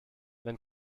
wenn